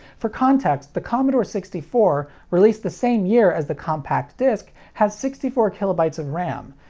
for context, the commodore sixty four, released the same year as the compact disc, has sixty four kilobytes of ram,